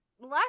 last